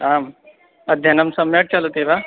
आम् अध्ययनं सम्यक् चलति वा